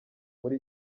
muri